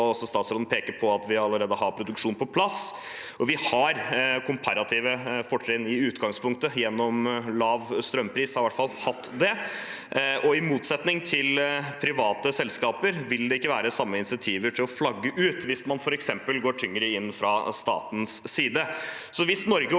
statsråden peker på at vi allerede har produksjonen på plass. Vi har komparative fortrinn i utgangspunktet gjennom lav strømpris – vi har i hvert fall hatt det – og i motsetning til private selskaper vil det ikke være samme insentiver til å flagge ut hvis man f.eks. går tyngre inn fra statens side.